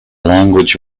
language